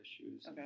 issues